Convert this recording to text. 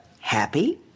Happy